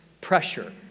pressure